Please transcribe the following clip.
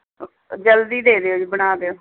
ਜਲਦੀ ਦੇ ਦਿਉ ਜੀ ਬਣਾ ਦਿਉ